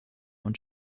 und